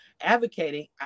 advocating